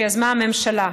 שיזמה הממשלה.